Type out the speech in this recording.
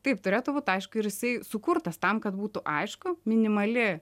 taip turėtų būt aišku ir jisai sukurtas tam kad būtų aišku minimali